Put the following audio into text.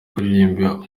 kuririmba